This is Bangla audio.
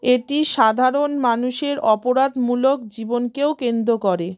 এটি সাধারণ মানুষের অপরাধমূলক জীবনকেও কেন্দ্র করে